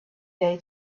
day